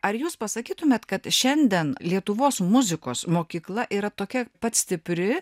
ar jūs pasakytumėt kad šiandien lietuvos muzikos mokykla yra tokia pat stipri